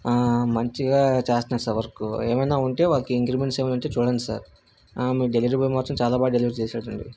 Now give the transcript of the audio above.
మంచిగా చేస్తన్నాడు sir work ఏమన్నా ఉంటే వాళ్ళకి ఇంక్రిమెంట్స్ ఏమైనా ఉంటే చూడండి సార్ మీ డెలివరీ బాయ్ మాత్రం చాలా బాగా డెలివరీ చేశాడండి